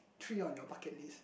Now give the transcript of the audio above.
three on your bucket list